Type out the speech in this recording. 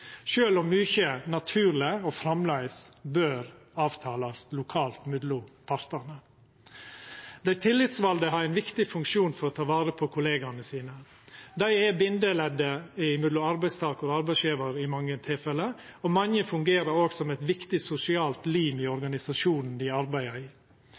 om mykje naturleg og framleis bør avtalast lokalt mellom partane. Dei tillitsvalde har ein viktig funksjon for å ta vare på kollegaane sine. Dei er bindeleddet mellom arbeidstakar og arbeidsgjevar i mange tilfelle, og mange fungerer òg som eit viktig sosialt lim i organisasjonen dei arbeider i.